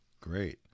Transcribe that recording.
Great